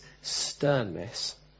sternness